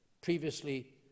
previously